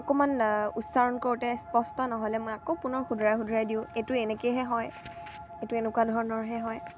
অকমান উচ্চাৰণ কৰোঁতে স্পষ্ট নহ'লে মই আকৌ পুনৰ শুধৰাই শুধৰাই দিওঁ এইটো এনেকেইহে হয় এইটো এনেকুৱা ধৰণৰহে হয়